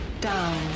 down